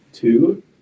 Two